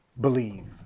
believe